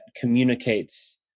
communicates